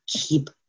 keep